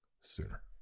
sooner